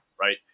Right